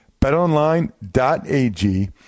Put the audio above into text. BetOnline.ag